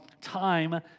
time